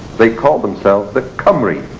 they called themselves the khumry.